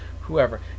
whoever